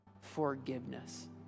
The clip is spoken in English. forgiveness